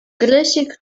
grysik